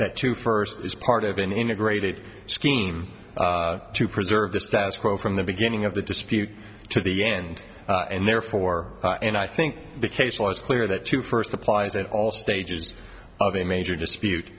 that to first is part of an integrated scheme to preserve the status quo from the beginning of the dispute to the end and therefore and i think the case law is clear that to first applies at all stages of a major dispute